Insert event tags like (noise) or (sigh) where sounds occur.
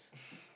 (breath)